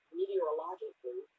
meteorologically